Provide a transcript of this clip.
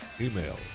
email